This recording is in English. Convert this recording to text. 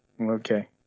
Okay